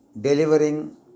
delivering